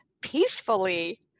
peacefully